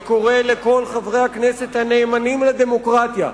אני קורא לכל חברי הכנסת הנאמנים לדמוקרטיה,